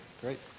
Great